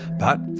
but,